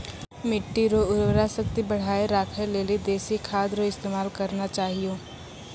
मिट्टी रो उर्वरा शक्ति बढ़ाएं राखै लेली देशी खाद रो इस्तेमाल करना चाहियो